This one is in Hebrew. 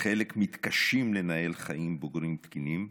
חלק מתקשים לנהל חיים בוגרים תקינים.